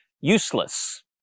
useless